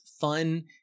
fun